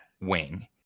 wing